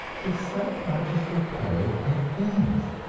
the subconscious will play at games,